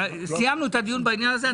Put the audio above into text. סיימנו את הדיון בעניין הזה.